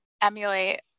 emulate